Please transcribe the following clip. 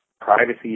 privacy